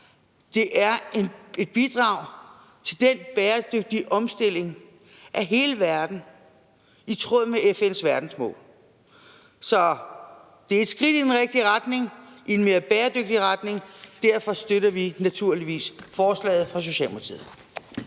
Det er et bidrag til en bæredygtig omstilling af hele verden i tråd med FN's verdensmål. Det er et skridt i den rigtige retning, i en mere bæredygtig retning, og derfor støtter vi fra Socialdemokratiet